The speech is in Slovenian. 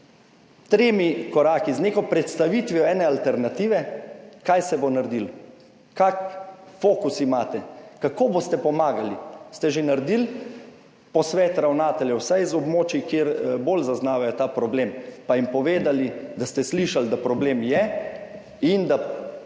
tremi koraki, z neko predstavitvijo ene alternative, kaj se bo naredilo, kak fokus imate, kako boste pomagali. Ste že naredili posvet ravnateljev, vsaj z območij, kjer bolj zaznavajo ta problem, pa jim povedali, da ste slišali, da problem je, in da